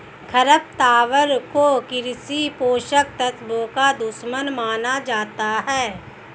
खरपतवार को कृषि पोषक तत्वों का दुश्मन माना जाता है